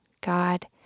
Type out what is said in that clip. God